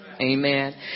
Amen